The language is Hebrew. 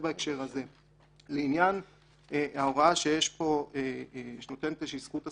לעניין ההוראה שנותנת איזושהי זכות הסכמה,